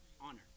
honor